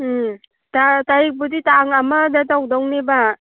ꯎꯝ ꯇꯥꯔꯤꯛꯄꯨꯗꯤ ꯇꯥꯡ ꯑꯃꯗ ꯇꯧꯗꯧꯅꯦꯕ